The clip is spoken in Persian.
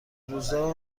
اینروزا